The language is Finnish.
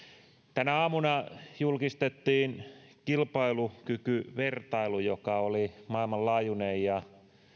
tänä aamuna julkistettiin kilpailukykyvertailu joka oli maailmanlaajuinen